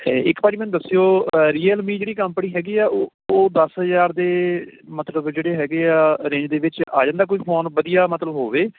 ਅਤੇ ਇੱਕ ਭਾਅ ਜੀ ਮੈਨੂੰ ਦੱਸਿਓ ਰੀਅਲਮੀ ਜਿਹੜੀ ਕੰਪਨੀ ਹੈਗੀ ਆ ਉ ਉਹ ਦਸ ਹਜ਼ਾਰ ਦੇ ਮਤਲਬ ਜਿਹੜੇ ਹੈਗੇ ਆ ਰੇਂਜ ਦੇ ਵਿੱਚ ਆ ਜਾਂਦਾ ਕੋਈ ਫੋਨ ਵਧੀਆ ਮਤਲਬ ਹੋਵੇ